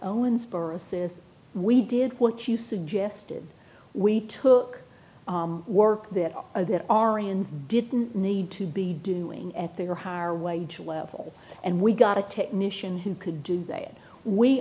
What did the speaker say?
owensboro says we did what you suggested we took work that all of that aryans didn't need to be doing at their higher wage level and we got a technician who could do that we